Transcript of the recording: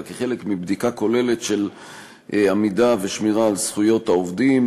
אלא כחלק מבדיקה כוללת של עמידה ושמירה על זכויות העובדים,